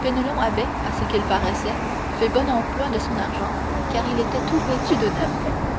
penelon avait à ce qu'il paraissait fait bon emploi de son argent car il était tout vêtu de neuf